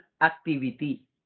activity